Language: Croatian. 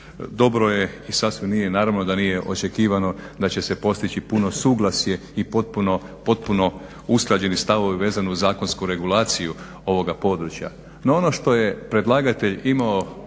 Dobro je i nije, naravno da nije očekivano da će se postići puno suglasje i potpuno usklađeni stavovi vezano uz zakonsku regulaciju ovoga područja, no ono što je predlagatelj imao